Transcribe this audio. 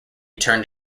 turned